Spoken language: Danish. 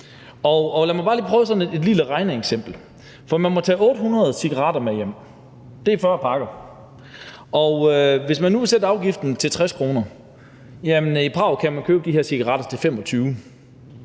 lad mig bare lige prøve med sådan et lille regneeksempel: Man må tage 800 cigaretter med hjem – det er 40 pakker – og hvis man nu vil sætte afgiften til 60 kr. og man i Prag kan købe de her cigaretter til 25 kr.,